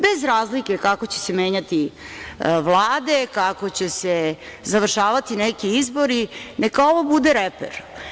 Bez razlike kako će se menjati vlade, kako će se završavati neki izbori, neka ovo bude reper.